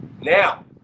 Now